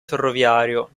ferroviario